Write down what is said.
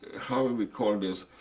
how do we call this?